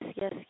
yes